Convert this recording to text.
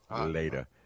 Later